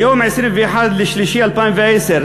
מיום 21 במרס 2010,